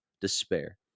despair